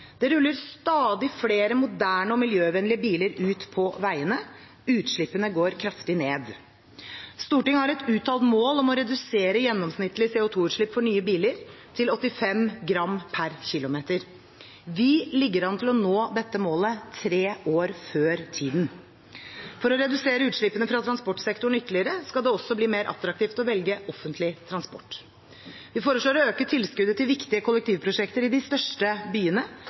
Det ruller stadig flere moderne og miljøvennlige biler ute på veiene. Utslippene går kraftig ned. Stortinget har et uttalt mål om å redusere gjennomsnittlig CO 2 -utslipp for nye biler til 85 gram per km. Vi ligger an til å nå dette målet tre år før tiden. For å redusere utslippene fra transportsektoren ytterligere skal det også bli mer attraktivt å velge offentlig transport. Vi foreslår å øke tilskuddet til viktige kollektivprosjekter i de største byene,